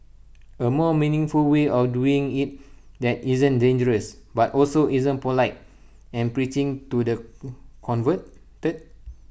A more meaningful way of doing IT that isn't dangerous but also isn't polite and preaching to the converted